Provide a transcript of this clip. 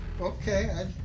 okay